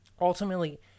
Ultimately